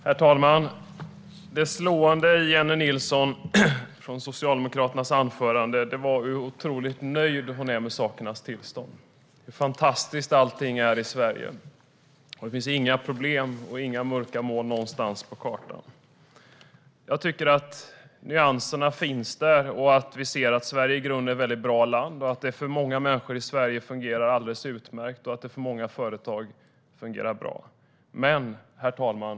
Herr talman! Det slående i anförandet av Jennie Nilsson från Socialdemokraterna är hur otroligt nöjd hon är med sakernas tillstånd, hur fantastiskt allting är i Sverige. Det finns inga problem och inga mörka moln någonstans. Nyanserna finns där, och vi ser att Sverige i grunden är ett väldigt bra land. För många människor här fungerar det alldeles utmärkt, och det fungerar bra för många företag. Herr talman!